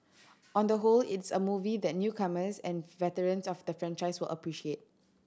on the whole it's a movie that newcomers and veterans of the franchise will appreciate